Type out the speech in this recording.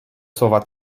słowa